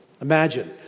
Imagine